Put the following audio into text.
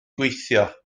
gweithio